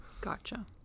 gotcha